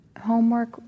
homework